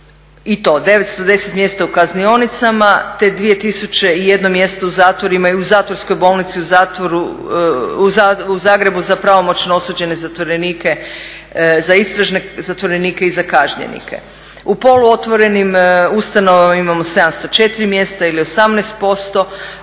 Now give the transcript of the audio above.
910 mjesta u kaznionicama, te 2.001 mjesto u zatvorima i u zatvorskoj bolnici u Zagrebu za pravomoćne osuđene zatvorenike, za istražne zatvorenike i za kažnjenike. U poluotvorenim ustanovama imamo 704 mjesta ili 18%,